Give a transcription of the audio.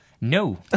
No